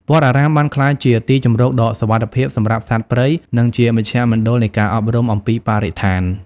វត្តអារាមបានក្លាយជាទីជម្រកដ៏សុវត្ថិភាពសម្រាប់សត្វព្រៃ និងជាមជ្ឈមណ្ឌលនៃការអប់រំអំពីបរិស្ថាន។